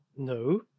No